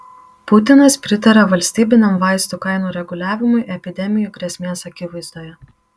putinas pritarė valstybiniam vaistų kainų reguliavimui epidemijų grėsmės akivaizdoje